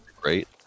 great